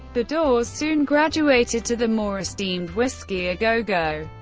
the doors soon graduated to the more esteemed whisky a go go,